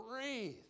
breathe